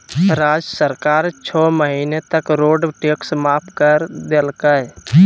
राज्य सरकार छो महीना तक रोड टैक्स माफ कर कर देलकय